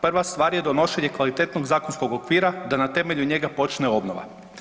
Prva stvar je donošenje kvalitetnog zakonskog okvira da na temelju njega počne obnova.